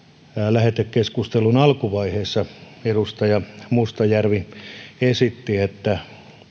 lähetekeskustelun alkuvaiheessa edustaja mustajärvi esitti että